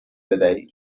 بدهید